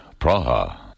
Praha